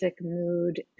mood